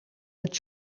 met